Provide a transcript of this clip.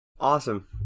Awesome